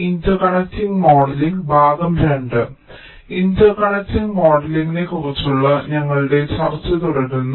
interconnect മോഡലിംഗിനെക്കുറിച്ചുള്ള ഞങ്ങളുടെ ചർച്ച തുടരുന്നു